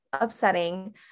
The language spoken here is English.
upsetting